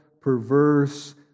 perverse